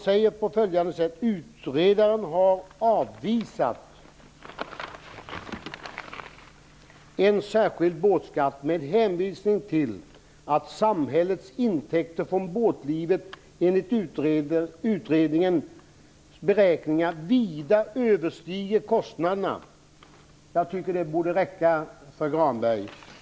Vidare står det: "Utredaren har avvisat en särskild båtskatt med hänvisning till att samhällets intäkter från båtlivet enligt utredningens beräkningar vida överstiger kostnaderna." Jag tycker att det borde räcka för Granberg.